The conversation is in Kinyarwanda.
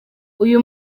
uyu